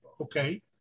Okay